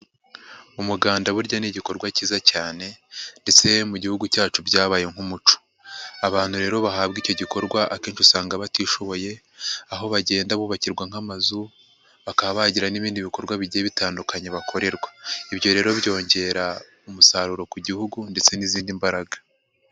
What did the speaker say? Umuganda burya ni igikorwa cyiza cyane ndetse mu gihugu cyacu byabaye nk'umuco. Abantu rero bahabwa icyo gikorwa akenshi usanga batishoboye, aho bagenda bubakirwa nk'amazu, bakaba bagira n'ibindi bikorwa bigiye bitandukanye bakorerwa. Ibyo rero byongera umusaruro ku gihugu ndetse n'izindi mbaraga.